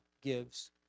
gives